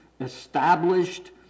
established